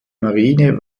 marine